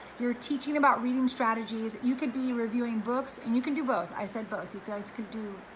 you're teaching about reading strategies, you could be reviewing books and you can do both. i said, both you guys could do,